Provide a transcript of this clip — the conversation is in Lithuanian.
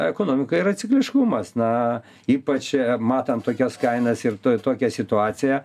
ekonomika yra cikliškumas na ypač matant tokias kainas ir tokią situaciją